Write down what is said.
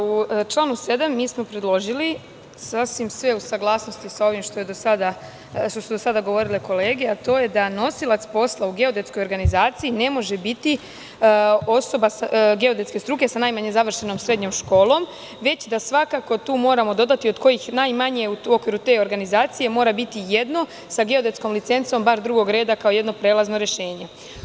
U članu 7. smo predložili, sasvim je sve u saglasnosti sa ovim što su do sada govorile kolege, a to je da nosilac posla u geodetskoj organizaciji ne može biti osoba geodetske struke sa najmanje završenom srednjom školom, već da tu svakako moramo dodati – od kojih najmanje u okviru te organizacije mora biti jedno sa geodetskom licencom bar drugog reda, kao jedno prelazno rešenje.